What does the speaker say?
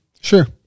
Sure